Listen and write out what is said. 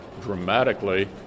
dramatically